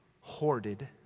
hoarded